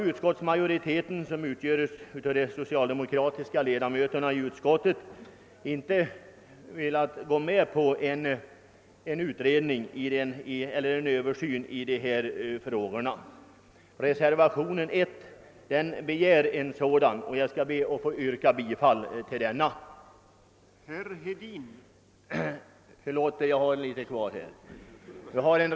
Utskottets majoritet, d.v.s. utskottets socialdemokratiska ledamöter, har inte velat biträda det förslaget. I reservationen 1 har också begärts en sådan översyn, och jag ber att få yrka bifall till den reservationen.